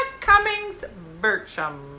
Cummings-Burcham